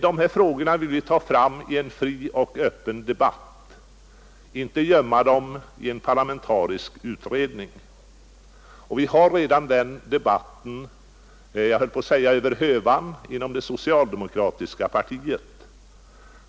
De här frågorna vill vi ta fram i en fri och öppen debatt, inte gömma dem i en parlamentarisk utredning. Vi har redan den debatten, jag höll på att säga över hövan, i det socialdemokratiska partiet.